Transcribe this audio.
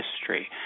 history